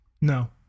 No